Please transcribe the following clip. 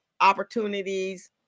opportunities